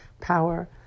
power